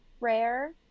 rare